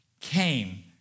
came